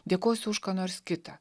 dėkosiu už ką nors kitą